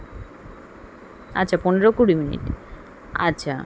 আচ্ছা পনেরো কুড়ি মিনিট আচ্ছা